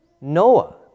Noah